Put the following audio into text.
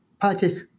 purchase